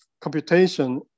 computation